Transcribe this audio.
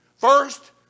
First